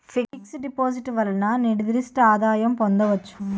fix డిపాజిట్లు వలన నిర్దిష్ట ఆదాయం పొందవచ్చు